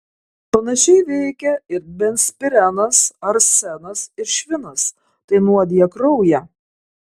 panašiai veikia ir benzpirenas arsenas ir švinas tai nuodija kraują